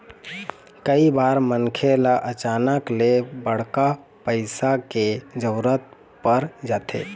कइ बार मनखे ल अचानक ले बड़का पइसा के जरूरत पर जाथे